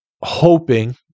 hoping